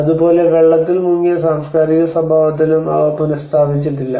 അതുപോലെ വെള്ളത്തിൽ മുങ്ങിയ സാംസ്കാരിക സ്വഭാവത്തിലും അവ പുനഃസ്ഥാപിച്ചിട്ടില്ല